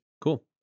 cool